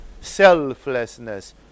selflessness